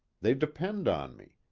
they depend on me.